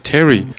Terry